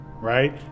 right